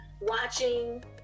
watching